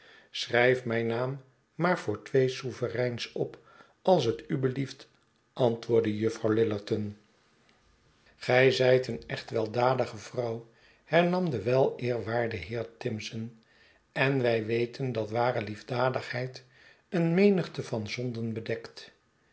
schrijf mijn naam maar voor twee sovereigns op als tu blieft antwoordde juffrouw lillerton gij zijt een echt weldadige vrouw hernam de weleerwaarde heer tirnson en wij weten dat ware liefdadigheid een menigte van zonden bedekt